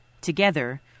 Together